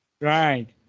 Right